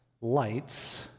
lights